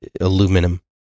aluminum